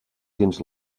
dins